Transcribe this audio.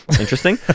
interesting